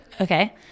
Okay